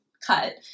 cut